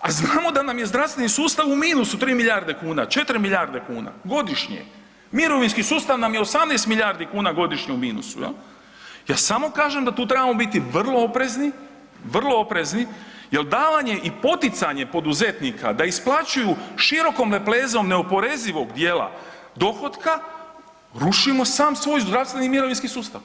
a znamo da nam je zdravstveni sustav u minusu 3 milijarde kuna, 4 milijarde kuna godišnje, mirovinski sustav nam je 18 milijardi kuna godišnje u minusu, jel, ja samo kažem da tu trebamo biti vrlo oprezni, vrlo oprezni jel davanje i poticanje poduzetnika da isplaćuju širokom lepezom neoporezivog dijela dohotka ruši sam svoj zdravstveni i mirovinski sustav.